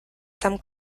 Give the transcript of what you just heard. some